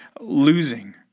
losing